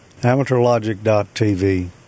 amateurlogic.tv